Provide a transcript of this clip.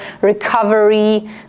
recovery